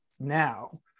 now